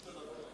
חשוב שתדברו.